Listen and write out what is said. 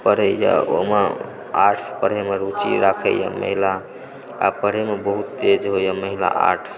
पढ़ैए ओहिमे आर्ट्स पढ़ैमे रूचि राखैए महिला आ पढ़ैमे बहुत तेज होइए महिला आर्ट